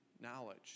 knowledge